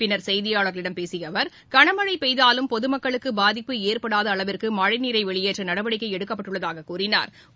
பின்னர் செய்தியாளர்களிடம் பேசிய அவர் கனமழை பெய்தாலும் பொதுமக்களுக்கு பாதிப்பு ஏற்படாத அளவிற்கு மழைநீரை வெளியேற்ற நடவடிக்கை எடுக்கப்பட்டுள்ளதாக கூறினாா்